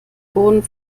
boden